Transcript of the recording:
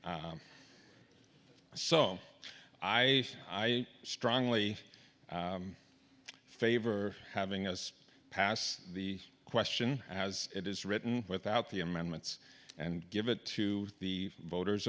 so i i strongly favor having us pass the question i was it is written without the amendments and give it to the voters